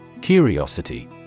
Curiosity